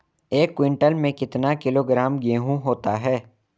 एक क्विंटल में कितना किलोग्राम गेहूँ होता है?